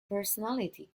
personality